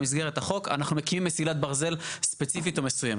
במסגרת החוק אנחנו מקימים מסילת ברזל ספציפית או מסוימת.